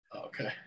Okay